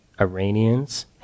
Iranians